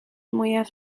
mwyaf